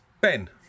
ben